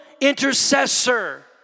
intercessor